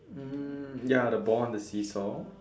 um ya the ball and the seesaw